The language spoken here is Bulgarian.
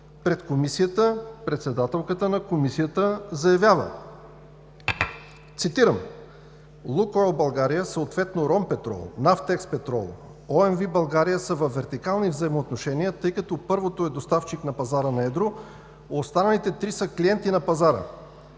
пред Комисията председателката на Комисията заявява, цитирам: „Лукойл България“, съответно „Ром петрол“, „Нафтекс петрол“, „ОМВ България“ са в вертикални взаимоотношения, тъй като първото е доставчик на пазара на едро, останалите три са клиенти на пазара.